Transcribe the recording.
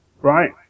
Right